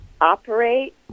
operate